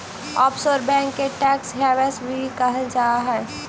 offshore bank के tax havens भी कहल जा हइ